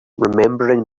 remembering